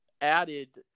added